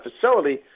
facility